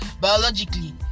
Biologically